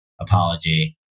apology